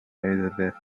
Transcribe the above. elizabeth